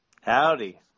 Howdy